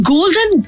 Golden